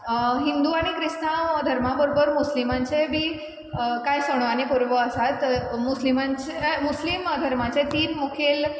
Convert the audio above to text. हिंदू आनी क्रिस्तांव धर्मां बरोबर मुस्लिमांचेंय बी कांय सणो आनी परबो आसात मुस्लिमांची मुस्लीम धर्माची तीन मुखेल